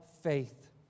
faith